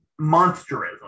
monsterism